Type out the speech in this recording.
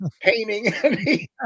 painting